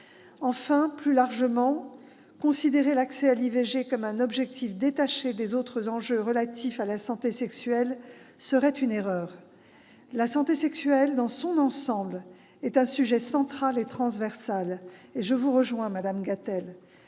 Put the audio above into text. Plus largement, considérer l'accès à l'IVG comme un objectif détaché des autres enjeux relatifs à la santé sexuelle serait une erreur. La santé sexuelle, dans son ensemble, est un sujet central et transversal- je vous rejoins, madame Gatel.